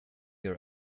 your